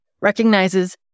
recognizes